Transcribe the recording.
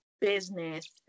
business